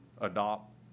adopt